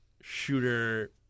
shooter